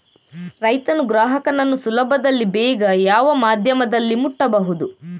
ರೈತನು ಗ್ರಾಹಕನನ್ನು ಸುಲಭದಲ್ಲಿ ಬೇಗ ಯಾವ ಮಾಧ್ಯಮದಲ್ಲಿ ಮುಟ್ಟಬಹುದು?